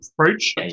approach